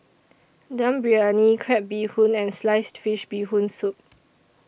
Dum Briyani Crab Bee Hoon and Sliced Fish Bee Hoon Soup